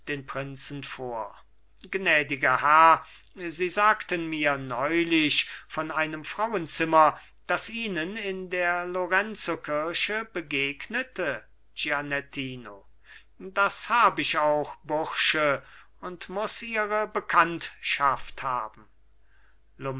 den prinzen vor gnädiger herr sie sagten mir neulich von einem frauenzimmer das ihnen in der lorenzokirche begegnete gianettino das hab ich auch bursche und muß ihre bekanntschaft haben